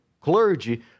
clergy